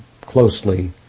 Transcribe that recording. closely